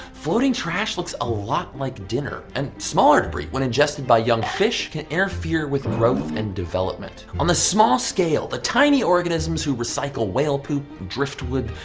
floating trash looks a lot like dinner. and smaller debris, when ingested by young fish, can interfere with growth and development. on the small scale, the tiny organisms who recycle whale poop, driftwood,